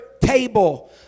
table